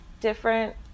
different